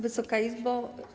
Wysoka Izbo!